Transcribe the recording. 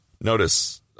Notice